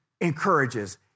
encourages